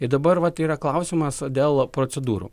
ir dabar vat yra klausimas dėl procedūrų